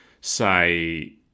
say